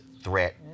threat